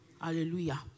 Hallelujah